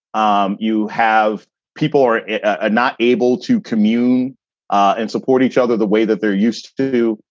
um you have people are ah not able to komu and support each other the way that they're used to.